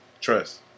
Trust